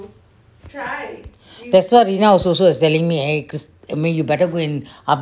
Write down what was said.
that's what rina also was telling me you better go and